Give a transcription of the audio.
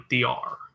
DR